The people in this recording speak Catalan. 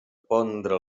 pondre